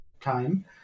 time